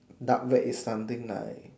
dark web is something like